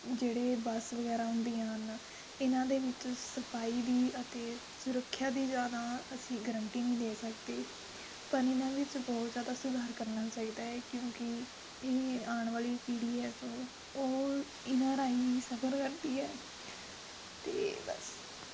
ਜਿਹੜੇ ਬਸ ਵਗੈਰਾ ਆਉਂਦੀਆਂ ਹਨ ਇਨ੍ਹਾਂਂ ਦੇ ਵਿੱਚ ਸਫਾਈ ਦੀ ਅਤੇ ਸੁਰੱਖਿਆ ਦੀ ਜ਼ਿਆਦਾ ਅਸੀਂ ਗਰੰਟੀ ਨਹੀਂ ਲੈ ਸਕਦੇ ਪਰ ਇਹਨਾਂ ਵਿੱਚ ਬਹੁਤ ਜ਼ਿਆਦਾ ਸੁਧਾਰ ਕਰਨਾ ਚਾਹੀਦਾ ਹੈ ਕਿਉਂਕਿ ਇਹ ਆਉਣ ਵਾਲੀ ਪੀੜ੍ਹੀ ਹੈ ਜੋ ਉਹ ਇਹਨਾਂ ਰਾਹੀਂ ਹੀ ਸਫਰ ਕਰਦੀ ਹੈ ਅਤੇ ਬਸ